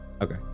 Okay